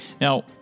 Now